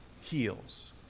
heals